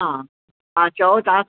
हा हा चओ दा